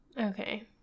Okay